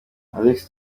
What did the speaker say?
alex